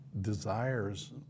desires